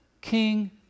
King